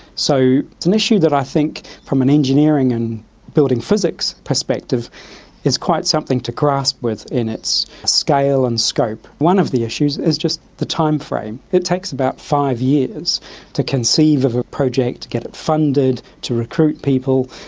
so it's an issue that i think from an engineering and building physics perspective is quite something to grasp with in its scale and scope. one of the issues is just the timeframe. it takes about five years to conceive of a project get it funded, to recruit people,